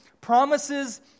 Promises